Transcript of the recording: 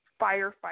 firefighter